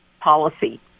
policy